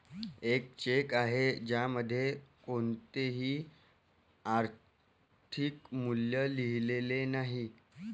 एक चेक आहे ज्यामध्ये कोणतेही आर्थिक मूल्य लिहिलेले नाही